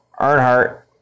Earnhardt